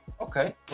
Okay